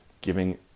giving